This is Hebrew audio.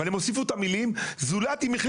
אבל הם הוסיפו את המילים: זולת אם החליט